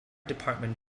department